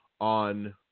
on